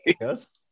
Yes